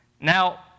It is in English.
Now